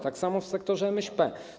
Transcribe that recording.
Tak samo w sektorze MŚP.